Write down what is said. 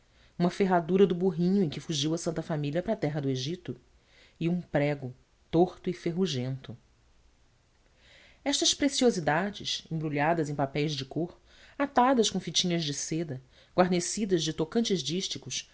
uma ferradura do burrinho em que fugiu a santa família para a terra do egito e um prego torto e ferrugento estas preciosidades embrulhadas em papéis de cor atadas com fitinhas de seda guarnecidas de tocantes dísticos